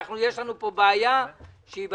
יש לנו פה בעיה עניינית.